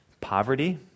poverty